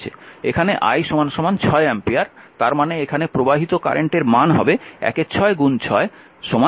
এখানে I 6 ampere তার মানে এখানে প্রবাহিত কারেন্টের মান হবে 1 6 6 1 অ্যাম্পিয়ার